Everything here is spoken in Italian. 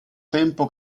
tempo